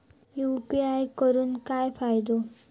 UPI करून काय फायदो?